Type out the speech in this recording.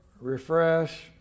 refresh